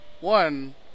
one